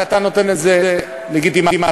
אתה נותן לזה לגיטימציה,